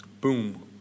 Boom